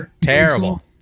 Terrible